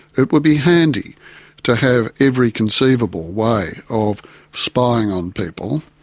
it would be handy to have every conceivable way of spying on people,